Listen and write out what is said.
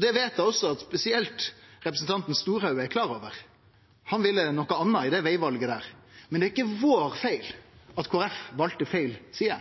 Det veit eg også spesielt representanten Storehaug er klar over – han ville noko anna i det vegvalet. Men det er ikkje vår feil at Kristeleg Folkeparti valde feil side;